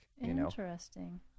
Interesting